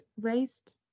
raised